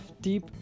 deep